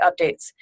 updates